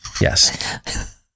Yes